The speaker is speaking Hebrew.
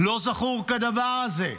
לא זכור כדבר הזה.